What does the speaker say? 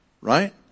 right